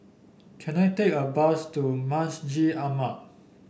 can I take a bus to Masjid Ahmad